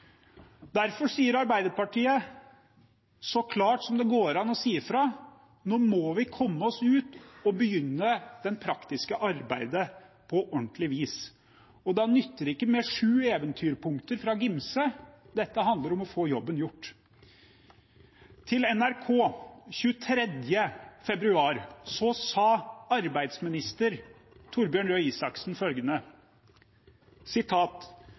Derfor sier Arbeiderpartiet så klart som det går an å si fra: Nå må vi komme oss ut og begynne det praktiske arbeidet på ordentlig vis. Da nytter det ikke med sju eventyrpunkter fra Angell Gimse. Dette handler om å få jobben gjort. Til NRK 23. februar sa arbeidsminister Torbjørn Røe Isaksen: